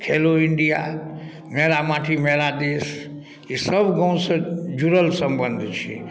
खेलो India मेरा माटी मेरा देश ईसब गामसँ जुड़ल सम्बन्ध छै